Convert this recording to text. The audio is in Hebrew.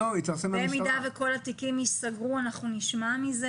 במידה וכל התיקים ייסגרו, אנחנו נשמע על כך.